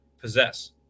possess